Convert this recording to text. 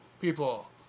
people